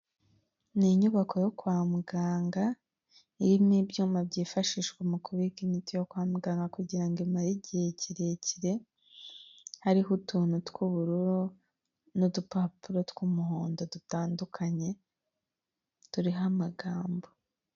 Ni inyubako yo kwa muganga, irimo ibyuma byifashishwa mu kubika imiti yo kwa muganga kugira ngo imare igihe kirekire, hariho utuntu tw'ubururu n'udupapuro tw'umuhondo dutandukanye turiho amagambo.